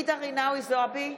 ג'ידא רינאוי זועבי,